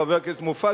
חבר הכנסת מופז,